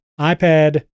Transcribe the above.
iPad